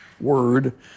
word